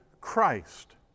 Christ